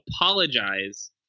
Apologize